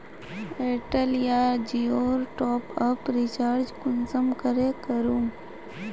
Airtel या जियोर top up recharge कुंसम करे करूम?